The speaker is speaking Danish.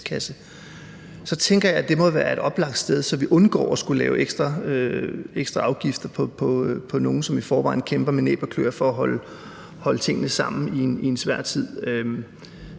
krigskasse, må det være et oplagt sted, så vi undgår at skulle lægge ekstra afgifter på nogen, som i forvejen kæmper med næb og kløer for at holde tingene sammen i en svær tid.